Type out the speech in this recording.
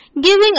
giving